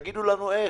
תגידו לנו איך,